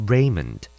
Raymond